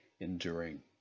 enduring